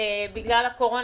בגלל הקורונה,